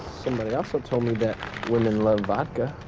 somebody also told me that women love vodka.